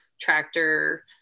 tractor